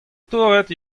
torret